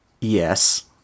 Yes